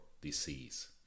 disease